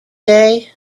day